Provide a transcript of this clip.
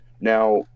now